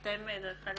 אתם, דרך אגב,